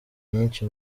myinshi